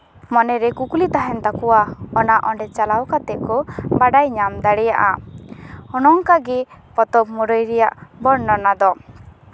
ᱢᱚᱱᱮᱨᱮ ᱠᱩᱠᱞᱤ ᱛᱟᱦᱮᱱ ᱛᱟᱠᱚᱣᱟ ᱚᱱᱟ ᱚᱸᱰᱮ ᱪᱟᱞᱟᱣ ᱠᱟᱛᱮᱜ ᱠᱚ ᱵᱟᱲᱟᱭ ᱧᱟᱢ ᱫᱟᱲᱮᱭᱟᱜᱼᱟ ᱚᱱ ᱚᱱᱠᱟᱜᱮ ᱯᱚᱛᱚᱵ ᱢᱩᱨᱟᱹᱭ ᱨᱮᱭᱟᱜ ᱵᱚᱨᱱᱚᱱᱟ ᱫᱚ